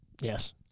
Yes